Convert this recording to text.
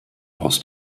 aus